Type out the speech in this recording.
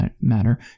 matter